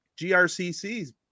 GRCC's